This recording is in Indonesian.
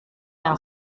yang